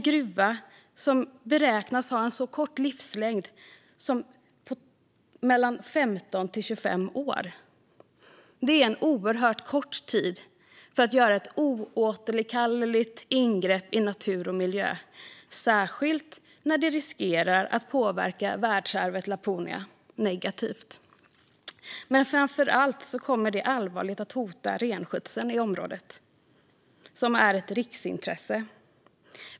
Gruvan beräknas dessutom ha en så kort livslängd som mellan 15 och 25 år. Det är en oerhört kort tid för att göra ett oåterkalleligt ingrepp i natur och miljö, särskilt när det riskerar att påverka världsarvet Laponia negativt. Men framför allt kommer det allvarligt att hota renskötseln i området, som är ett riksintresse.